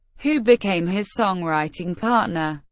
who became his songwriting partner.